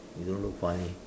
you don't look funny